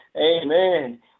Amen